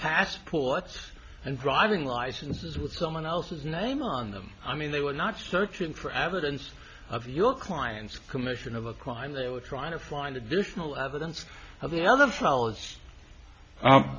passports and driving licenses with someone else's name on them i mean they were not searching for evidence of your client's commission of a crime they were trying to find additional evidence of the other